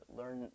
learn